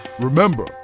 remember